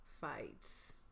fights